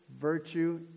virtue